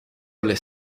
all